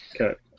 Okay